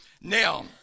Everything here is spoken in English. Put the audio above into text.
Now